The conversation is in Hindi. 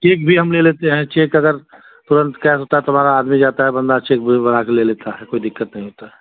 चेक भी हम ले लेते हैं चेक अगर तुरंत कैश होता है तो हमारा आदमी जाता है बंदा चेक भी बनाकर ले लेता है कोई दिक्कत नहीं होता है